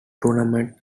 tournaments